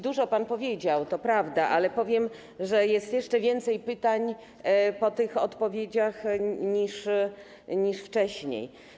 Dużo pan powiedział, to prawda, ale powiem, że jest jeszcze więcej pytań po tych odpowiedziach niż wcześniej.